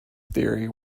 theory